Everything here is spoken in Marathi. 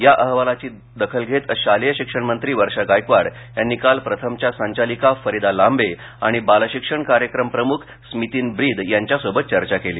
या अहवालाची दाखल घेत शालेय शिक्षणमंत्री वर्षा गायकवाड यांनी काल प्रथमच्या संचालिका फरीदा लांबे आणि बालशिक्षण कार्यक्रम प्रमुख स्मितीन ब्रीद यांच्यासोबत चर्चा केली